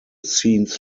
scenes